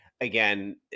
again